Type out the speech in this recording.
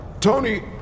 Tony